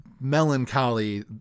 melancholy